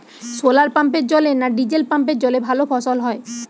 শোলার পাম্পের জলে না ডিজেল পাম্পের জলে ভালো ফসল হয়?